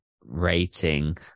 Rating